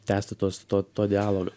tęsti tos to to dialogo